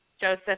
Joseph